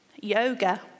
yoga